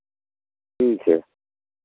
ठीक है